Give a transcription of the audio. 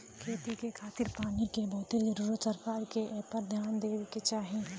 खेती के खातिर पानी के बहुते जरूरत होला सरकार के एपर ध्यान देवे के चाही